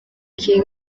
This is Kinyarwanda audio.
king